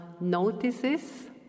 notices